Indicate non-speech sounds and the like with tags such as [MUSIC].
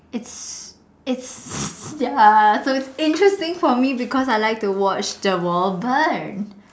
its its [NOISE] ya so is just interesting for me because I like to watch the world burn